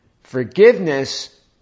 Forgiveness